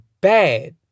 bad